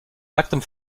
nacktem